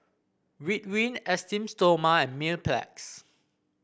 Ridwind Esteem Stoma and Mepilex